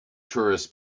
tourists